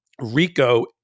RICO